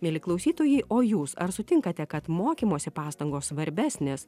mieli klausytojai o jūs ar sutinkate kad mokymosi pastangos svarbesnės